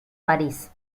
parís